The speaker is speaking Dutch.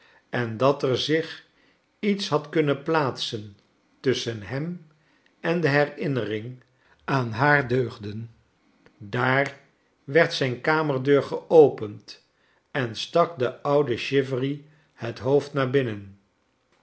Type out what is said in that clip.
en dat er zich lets had kunnen plaatsen tusschen hem en de herinnering aan haar deugden daar werd zijn kamerdeur geopend en stak de oude chi very het hoofd naar binnen